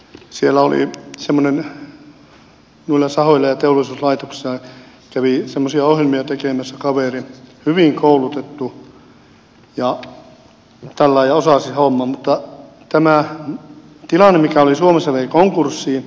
siellä noilla sahoilla ja teollisuuslaitoksissa kävi semmoisia ohjelmia tekemässä kaveri hyvin koulutettu ja osasi homman mutta tämä tilanne mikä oli suomessa vei konkurssiin